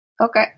Okay